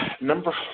Number